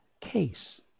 case